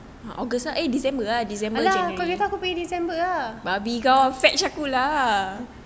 allah aku pergi december lah